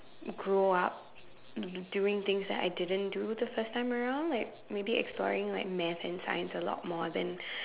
grow up doing things that I didn't do the first time around like maybe exploring like math and science a lot more than